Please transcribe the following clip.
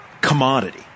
commodity